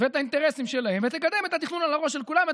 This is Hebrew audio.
ואת האינטרסים שלהם ותקדם את התכנון על הראש של כולם,